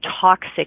toxic